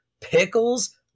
pickles